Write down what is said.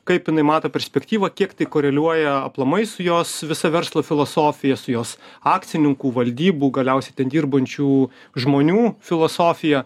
kaip jinai mato perspektyvą kiek tai koreliuoja aplamai su jos visa verslo filosofija su jos akcininkų valdybų galiausiai ten dirbančių žmonių filosofija